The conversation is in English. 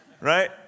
Right